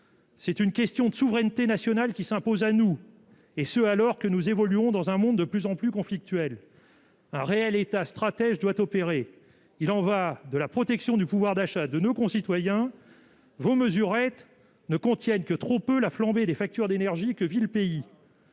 C'est une question de souveraineté nationale qui s'impose à nous et ce, alors que nous évoluons dans un monde de plus en plus conflictuels. Un réel état stratège doit opérer, il en va de la protection du pouvoir d'achat de nos concitoyens vos mesurettes ne contiennent que trop peu la flambée des factures d'énergie que vit le pays.